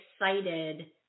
excited